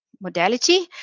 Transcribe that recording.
modality